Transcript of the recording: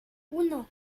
uno